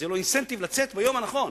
ואז יהיה לו אינסנטיב לצאת ביום הנכון.